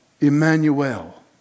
Emmanuel